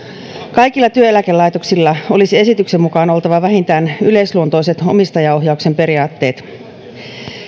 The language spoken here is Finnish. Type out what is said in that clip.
kaikilla työeläkelaitoksilla olisi esityksen mukaan oltava vähintään yleisluontoiset omistajaohjauksen periaatteet